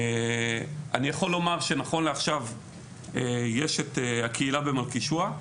אני יכול לומר שנכון לעכשיו יש את הקהילה במלכישוע.